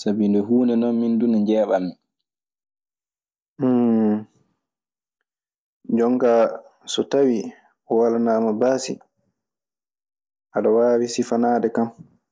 Sabi de huunde non min duu nde njeeɓanmi. jonka so tawi walana ma baasi, aɗa waawi sifanaade kan.